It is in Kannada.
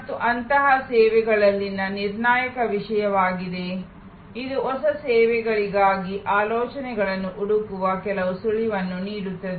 ಮತ್ತು ಅಂತಹ ಸೇವೆಗಳಲ್ಲಿನ ನಿರ್ಣಾಯಕ ವಿಷಯವಾಗಿದೆ ಇದು ಹೊಸ ಸೇವೆಗಳಿಗಾಗಿ ಆಲೋಚನೆಗಳನ್ನು ಹುಡುಕುವ ಕೆಲವು ಸುಳಿವನ್ನು ನೀಡುತ್ತದೆ